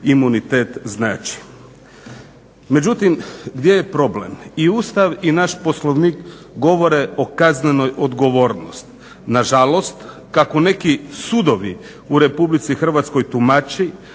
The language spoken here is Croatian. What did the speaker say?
imunitet znači. Međutim gdje je problem? I Ustav i naš Poslovnik govore o kaznenoj odgovornosti. Nažalost, kako neki sudovi u RH tumači